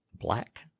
black